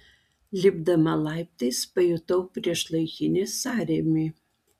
lipdama laiptais pajutau priešlaikinį sąrėmį